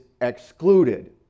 excluded